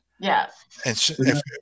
Yes